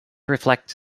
reflects